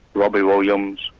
robbie williams,